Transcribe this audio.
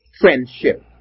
friendship